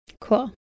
Cool